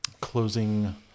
closing